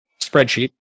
spreadsheet